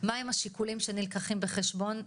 מהם השיקולים שנלקחים בחשבון,